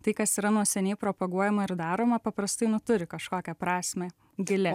tai kas yra nuo seniai propaguojama ir daroma paprastai nu turi kažkokią prasmę gilią